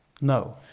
no